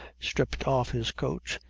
stripped off his coat,